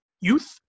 youth